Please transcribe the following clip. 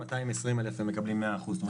220 אלף מקבלים מאה אחוזים.